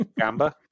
Gamba